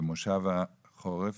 במושב החורף,